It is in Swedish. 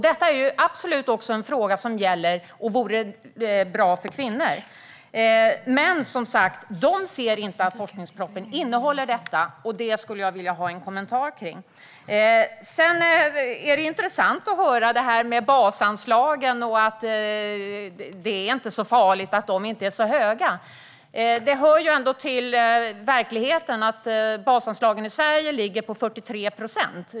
Det är absolut också en fråga som skulle vara bra för kvinnor. Men de anser inte att forskningspropositionen tar upp denna fråga. Jag skulle vilja ha en kommentar. Det är intressant att höra att det inte är så farligt att basanslagen inte är så höga. Det hör till verkligheten att basanslagen i Sverige ligger på 43 procent.